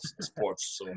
sports